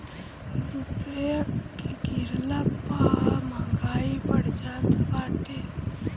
रूपया के गिरला पअ महंगाई बढ़त जात बाटे